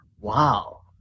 Wow